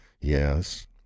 Yes